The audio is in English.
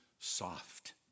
soft